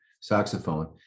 saxophone